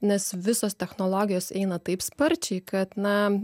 nes visos technologijos eina taip sparčiai kad na